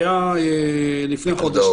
לפני חודש